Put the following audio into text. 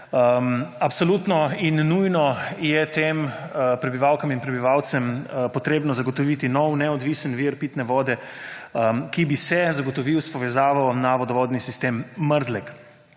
Absolutno in nujno je tem prebivalkam in prebivalcem potrebno zagotoviti nov, neodvisen vir pitne vode, ki bi se zagotovil s povezavo na vodovodni sistem Mrzlek.